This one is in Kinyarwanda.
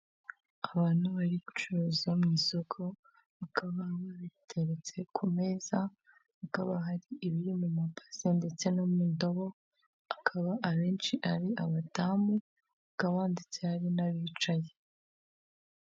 Abantu bari gucuruza mu isoko bakaba babiteretse ku meza hakaba ibiri mu maabase ndetse no mu ndobo akaba abenshi ari abadamu hakaba ndetse hari n'abicaye.